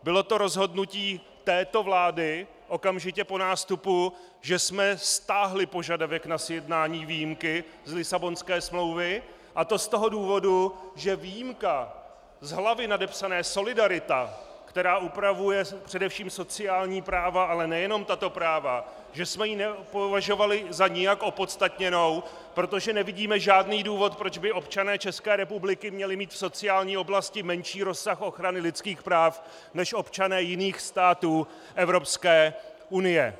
Bylo to rozhodnutí této vlády okamžitě po nástupu, že jsme stáhli požadavek na sjednání výjimky z Lisabonské smlouvy, a to z toho důvodu, že výjimku z hlavy nadepsané Solidarita, která upravuje především sociální práva, ale nejenom tato práva, že jsme ji nepovažovali za nijak opodstatněnou, protože nevidíme žádný důvod, proč by občané České republiky měli mít v sociální oblasti menší rozsah ochrany lidských práv než občané jiných států Evropské unie.